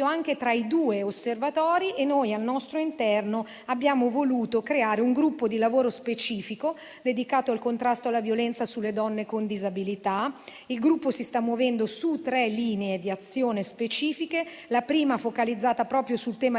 anche tra i due osservatori. Noi al nostro interno abbiamo voluto creare un gruppo di lavoro specifico dedicato al contrasto alla violenza sulle donne con disabilità. Il gruppo si sta muovendo su tre linee di azione specifiche: la prima è focalizzata sui temi della